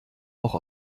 auch